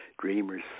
dreamers